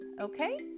okay